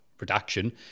production